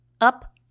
up